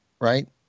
right